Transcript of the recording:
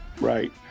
Right